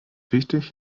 wichtig